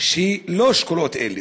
לא שקולות אלה.